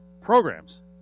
programs